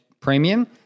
premium